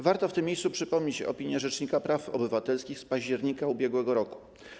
Warto w tym miejscu przypomnieć opinię rzecznika praw obywatelskich z października ub.r.